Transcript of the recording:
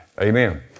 Amen